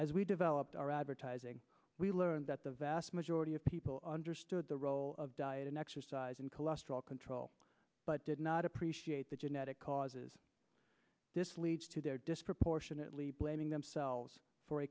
as we developed our advertising we learned that the vast majority of people understood the role of diet and exercise and cholesterol control but did not appreciate the genetic causes this leads to their disproportionately blaming themselves for